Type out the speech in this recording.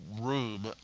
room